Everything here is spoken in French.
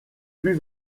plus